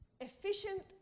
efficient